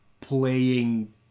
playing